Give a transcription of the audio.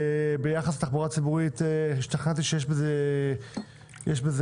ביחס לתחבורה ציבורית השתכנעתי שיש בזה היגיון.